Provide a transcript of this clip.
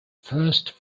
first